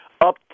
up